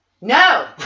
No